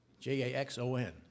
J-A-X-O-N